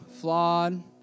flawed